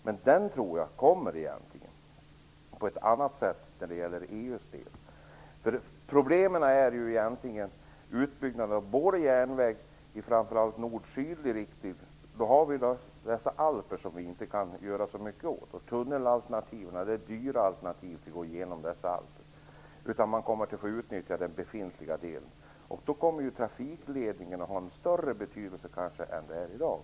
Men sjöfarten kommer mer och mer i alla fall när det gäller EU. Problemen är egentligen utbyggnad av järnväg i både nordlig och sydlig riktning. Alperna kan man inte göra så mycket åt. Järnvägstunnel genom Alperna är ett dyrt alternativ. Man måste då utnyttja den befintliga delen. Därmed får trafikledningen en större betydelse än vad den har i dag.